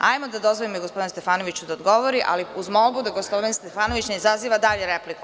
Hajde da dozvolimo gospodinu Stefanoviću da odgovori, ali uz molbu da gospodin Stefanović ne izaziva dalje repliku.